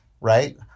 right